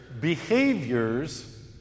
behaviors